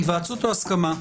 היוועצות או הסכמה?